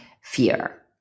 fear